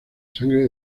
sangre